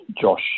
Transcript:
Josh